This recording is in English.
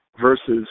versus